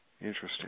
Interesting